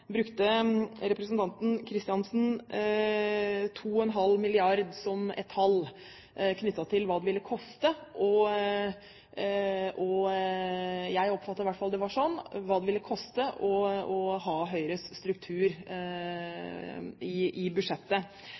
brukte representanten Kristiansen 2,5 milliarder som et tall knyttet til hva det ville koste – jeg oppfattet i hvert fall at det var slik – å ha Høyres struktur i budsjettet. Da er det litt merkelig å registrere at Høyre øker budsjettet